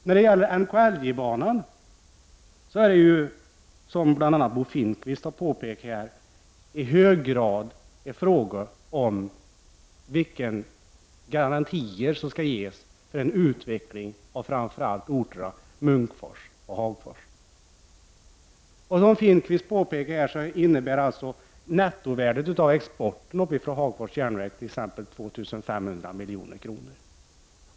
När det gäller NKIJ-banan är det, som Bo Finnkvist här påpekat, i hög grad fråga om vilka garantier som skall ges för en utveckling av framför allt orterna Munkfors och Hagfors. Som Bo Finnkvist framhållit innebär t.ex. nettovärdet av exporten från Hagfors järnverk 2500 milj.kr.